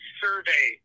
survey